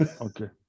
Okay